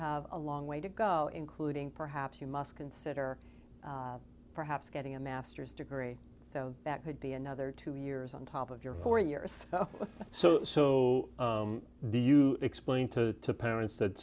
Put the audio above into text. have a long way to go including perhaps you must consider perhaps getting a master's degree so that could be another two years on top of your four years so so do you explain to parents that